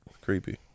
creepy